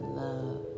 love